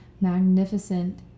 magnificent